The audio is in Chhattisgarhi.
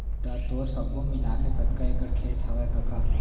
त तोर सब्बो मिलाके कतका एकड़ खेत हवय कका?